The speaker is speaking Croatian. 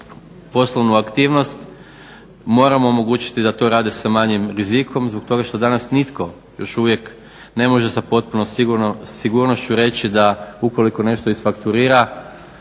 poslovnu aktivnost moramo omogućiti da to rade sa manjim rizikom, zbog toga što danas nitko još uvijek ne može sa potpunom sigurnošću reći da ukoliko da nešto isfakturira